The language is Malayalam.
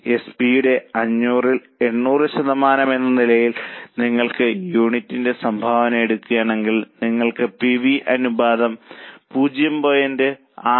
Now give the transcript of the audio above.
എസ് പി യുടെ 500 ൽ 800 ശതമാനം എന്ന നിലയിൽ നിങ്ങൾ യൂണിറ്റിന് സംഭാവന എടുക്കുകയാണെങ്കിൽ നിങ്ങൾക്ക് പി വി അനുപാതം 0